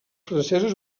francesos